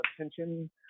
attention